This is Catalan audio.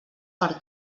per